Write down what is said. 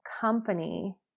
company